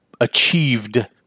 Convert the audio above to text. achieved